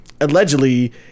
allegedly